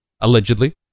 allegedly